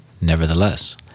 Nevertheless